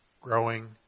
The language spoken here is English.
Growing